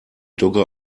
dogge